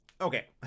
okay